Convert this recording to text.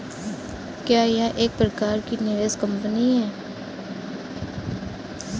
क्या यह एक प्रकार की निवेश कंपनी है?